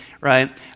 right